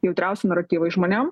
jautriausi naratyvai žmonėm